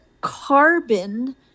carbon